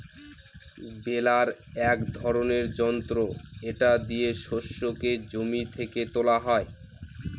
বেলার এক ধরনের যন্ত্র এটা দিয়ে শস্যকে জমি থেকে তোলা হয়